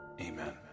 Amen